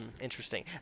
interesting